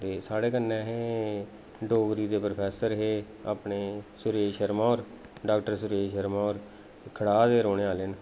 ते साढ़े कन्नै हे डोगरी दे प्रोफैसर हे अपने शुरेश शर्मा होर डा शुरेश शर्मा होर खढा दे रौह्ने आह्ले न